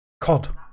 cod